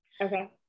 Okay